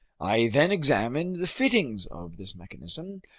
i then examined the fittings of this mechanism,